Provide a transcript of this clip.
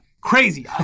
Crazy